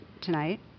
tonight